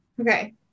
okay